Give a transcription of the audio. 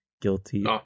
Guilty